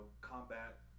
combat